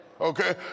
Okay